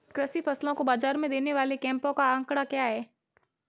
कृषि फसलों को बाज़ार में देने वाले कैंपों का आंकड़ा क्या है?